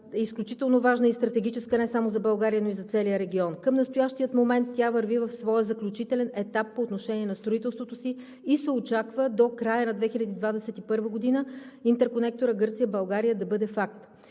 е изключително важна и стратегическа не само за България, но и за целия регион. Към настоящия момент тя върви в своя заключителен етап по отношение на строителството си и се очаква до края на 2021 г. интерконекторът Гърция – България да бъде факт.